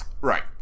Right